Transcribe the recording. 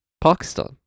Pakistan